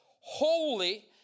holy